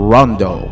Rondo